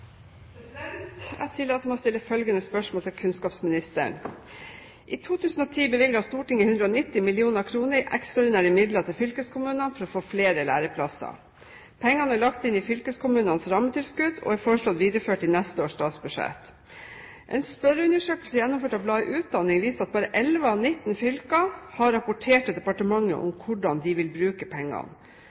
fylkeskommunene for å få flere læreplasser. Pengene er lagt inn i fylkeskommunenes rammetilskudd og er foreslått videreført i neste års statsbudsjett. En spørreundersøkelse gjennomført av bladet Utdanning viser at bare 11 av 19 fylker har rapportert til departementet om hvordan de vil bruke pengene.